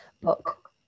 book